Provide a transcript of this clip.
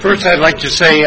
first i'd like to say